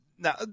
Now